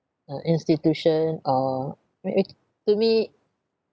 uh institution or may~ to me